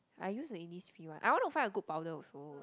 I use the Innisfree one I wanna find a good powder also